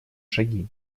шаги